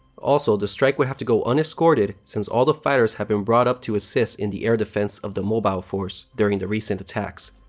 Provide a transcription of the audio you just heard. also, the strike would have to go unescorted since all the fighters have been brought up to assist in the air defense of the mobile force during the recent attacks.